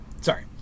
sorry